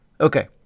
Okay